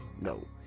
No